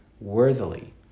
worthily